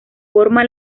forma